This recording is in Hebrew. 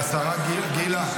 השרה גילה,